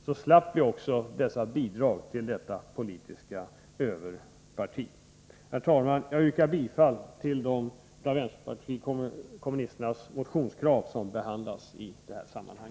Då slapp vi också dessa bidrag till detta borgerliga ”överparti”. Jag yrkar bifall till de motionskrav från vpk som behandlas i detta sammanhang.